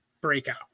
breakout